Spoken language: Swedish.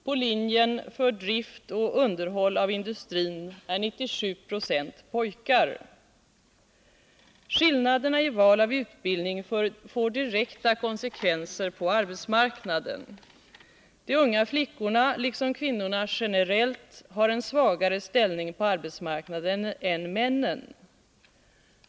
På linjen för drift och underhåll av industrin är 97 96 Skillnaderna i val av utbildning får direkta konsekvenser på arbetsmarknaden. De unga flickorna, liksom kvinnorna generellt, har en svagare ställning på arbetsmarknaden än män.